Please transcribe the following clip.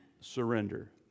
surrender